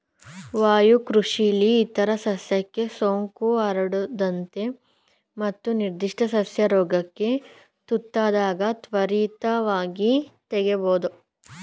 ವಾಯುಕೃಷಿಲಿ ಇತರ ಸಸ್ಯಕ್ಕೆ ಸೋಂಕು ಹರಡದಂತೆ ಮತ್ತು ನಿರ್ಧಿಷ್ಟ ಸಸ್ಯ ರೋಗಕ್ಕೆ ತುತ್ತಾದಾಗ ತ್ವರಿತವಾಗಿ ತೆಗಿಬೋದು